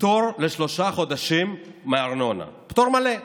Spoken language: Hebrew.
פטור לשלושה חודשים מארנונה, פטור מלא.